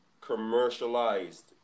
commercialized